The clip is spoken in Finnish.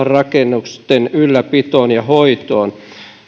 rakennusten ylläpitoon ja hoitoon